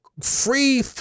free